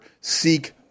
seek